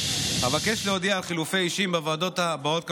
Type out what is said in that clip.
אבקש להודיע על חילופי אישים בוועדות הבאות,